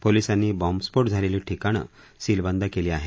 पोलिसांनी बॉम्बस्फोट झालेली ठिकाणं सीलबंद केली आहेत